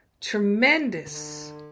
tremendous